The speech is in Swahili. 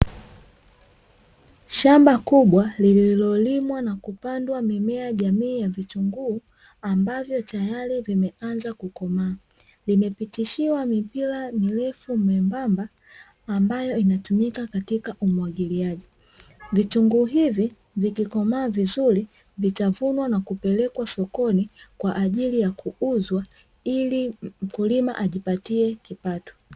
Shamba kubwa lililolimwa na kupandwa mimea jamii ya vitunguu ambavyo tayari vimeanza kukomaa, limepitishiwa mipira mirefu myembamba ambayo inatumika katika umwagiiaji. Vitunguu hivi vikikomaa vizuri vitavunwa na kupelekwa sokoni kwa ajili ya kuuzwa ili mkulima ajipatie kipato.